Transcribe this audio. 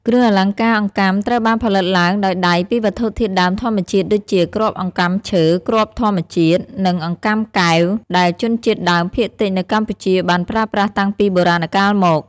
គ្រឿងអលង្ការអង្កាំត្រូវបានផលិតឡើងដោយដៃពីវត្ថុធាតុដើមធម្មជាតិដូចជា គ្រាប់អង្កាំឈើ គ្រាប់ធញ្ញជាតិ និងអង្កាំកែវ ដែលជនជាតិដើមភាគតិចនៅកម្ពុជាបានប្រើប្រាស់តាំងពីបុរាណកាលមក។